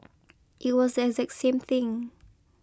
it was the exact same thing